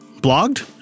Blogged